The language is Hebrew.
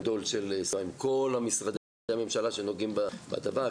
גדול עם כל משרדי הממשלה שנוגעים בדבר,